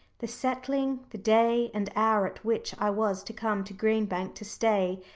the settling the day and hour at which i was to come to green bank to stay,